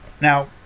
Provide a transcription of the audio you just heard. Now